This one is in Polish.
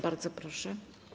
Bardzo proszę.